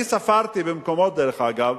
אני ספרתי במקומות, דרך אגב,